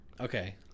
Okay